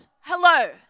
Hello